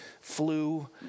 flu